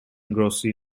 grocery